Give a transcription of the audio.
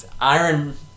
Iron